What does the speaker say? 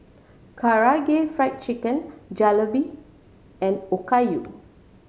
Karaage Fried Chicken Jalebi and Okayu